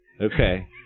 Okay